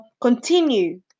continue